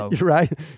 Right